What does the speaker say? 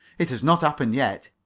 it has not happened yet.